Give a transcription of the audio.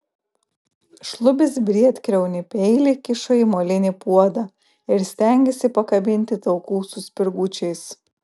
šlubis briedkriaunį peilį kišo į molinį puodą ir stengėsi pakabinti taukų su spirgučiais